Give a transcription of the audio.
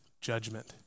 Judgment